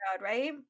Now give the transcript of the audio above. right